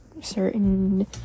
certain